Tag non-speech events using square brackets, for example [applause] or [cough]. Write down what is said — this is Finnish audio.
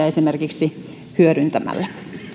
[unintelligible] esimerkiksi etätyömahdollisuuksia hyödyntämällä